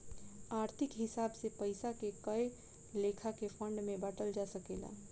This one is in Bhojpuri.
आर्थिक हिसाब से पइसा के कए लेखा के फंड में बांटल जा सकेला